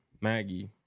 Maggie